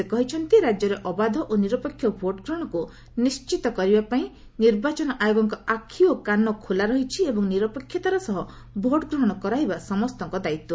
ସେ କହିଛନ୍ତି ରାଜ୍ୟରେ ଅବାଧ ଓ ନିରପେକ୍ଷ ଭୋଟ୍ଗ୍ରହଣକୁ ନିର୍ଣିତ କରିବା ପାଇଁ ନିର୍ବାଚନ ଆୟୋଗଙ୍କ ଆଖି ଓ କାନ ଖୋଲା ରହିଛି ଏବଂ ନିରପେକ୍ଷତାର ସହ ଭୋଟ୍ ଗ୍ରହଣ କରାଇବା ସମସ୍ତଙ୍କ ଦାୟିତ୍ୱ